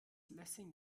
lessing